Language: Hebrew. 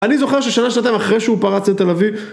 אני זוכר ששנה שנתיים אחרי שהוא פרץ את תל אביב